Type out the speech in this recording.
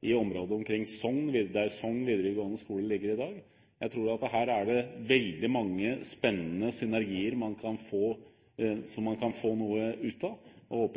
i området omkring der Sogn videregående skole ligger i dag. Jeg tror at her er det veldig mange spennende synergier som man kan få noe ut av, og